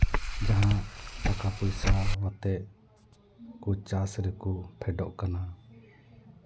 ᱡᱟᱦᱟᱸ ᱴᱟᱠᱟ ᱯᱚᱭᱥᱟ ᱟᱛᱮᱫ ᱠᱚ ᱪᱟᱥ ᱨᱮᱠᱚ ᱯᱷᱮᱰᱚᱜ ᱠᱟᱱᱟ